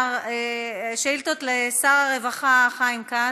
שאילתות לשר הרווחה חיים כץ.